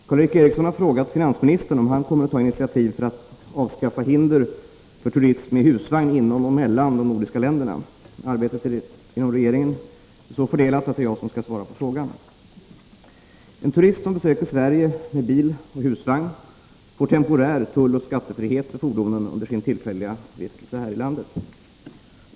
Herr talman! Karl Erik Eriksson har frågat finansministern om han kommer att ta initiativ för avskaffande av hinder för turism med husvagn inom och mellan de nordiska länderna. Arbetet inom regeringen är så fördelat att det är jag som skall svara på frågan. En turist som besöker Sverige med bil och husvagn medges temporär tulloch skattefrihet för fordonen under sin tillfälliga vistelse här i landet.